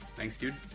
thanks dude.